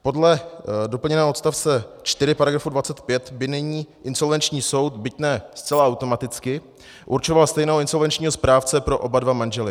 Podle doplněného odstavce 4 § 25 by nyní insolvenční soud, byť ne zcela automaticky, určoval stejného insolvenčního správce pro oba dva manžele.